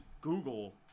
Google